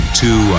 two